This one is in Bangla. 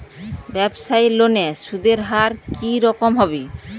ব্যবসায়ী লোনে সুদের হার কি রকম হবে?